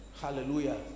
Hallelujah